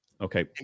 Okay